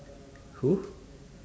who